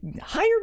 hire